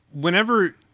whenever